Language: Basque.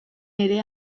ere